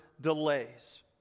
delays